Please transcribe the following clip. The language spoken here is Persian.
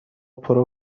پرو